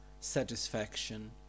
satisfaction